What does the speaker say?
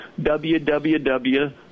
www